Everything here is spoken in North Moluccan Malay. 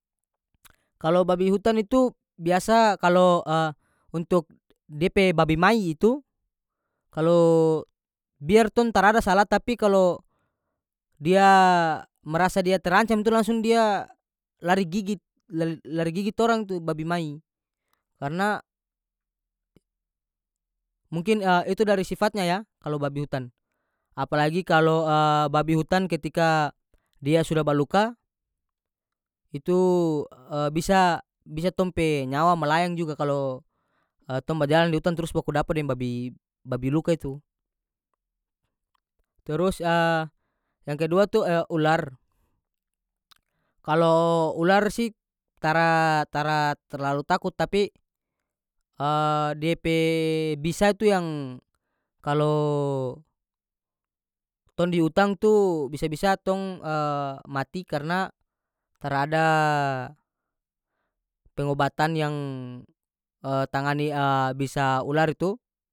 Kalo babi hutan itu biasa kalo untuk dia pe babi mai itu kalo biar tong tarada salah tapi kalo dia mrasa dia terancam itu langsung dia lari gigit lar- lari gigit torang tu babi mai karena mungkin itu dari sifatnya ya kalo babi hutan apalagi kalo babi hutan ketika dia sudah ba luka itu bisa- bisa tong pe nyawa malayang juga kalo tong bajalang di utang trus bakudapa deng babi- babi luka itu turus yang kedua tu ular kalo ular sih tara- tara terlalu takut tapi dia pe bisa itu yang kalo tong di utang tu bisa-bisa tong mati karena tarada pengobatan yang tangani bisa ular itu.